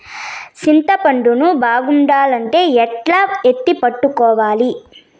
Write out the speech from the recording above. చింతపండు ను బాగుండాలంటే ఎట్లా ఎత్తిపెట్టుకోవాలి?